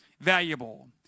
valuable